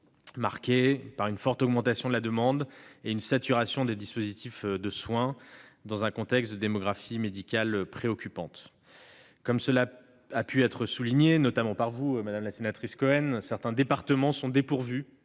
marquée par une forte augmentation de la demande et une saturation des dispositifs de soins dans un contexte de démographie médicale préoccupante. Comme cela a été souligné, notamment par Mme Cohen, certains départements sont dépourvus